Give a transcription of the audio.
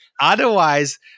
Otherwise